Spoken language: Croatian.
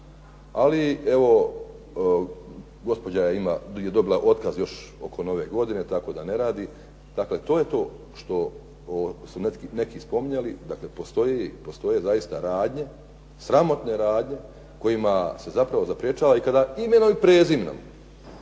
Ali evo gospođa je dobila otkaz oko nove godine, tako da ne radi. Dakle, to je to što su neki spominjali. Postoje zaista radnje, sramotne radnje kojima se zapravo zaprečava i kada imenom i prezimenom